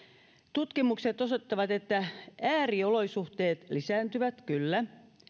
tutkimukset osoittavat että ääriolosuhteet lisääntyvät kyllä